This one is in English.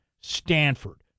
Stanford